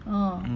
ah